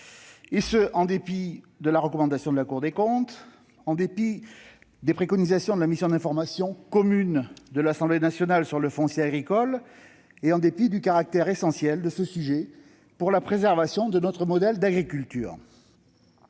et ce en dépit de la recommandation de la Cour des comptes, des préconisations de la mission d'information commune de l'Assemblée nationale sur le foncier agricole et du caractère essentiel de ce sujet pour la préservation de notre modèle d'agriculture.